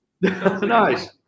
nice